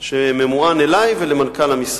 שממוען אלי ולמנכ"ל המשרד: